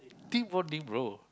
team bonding bro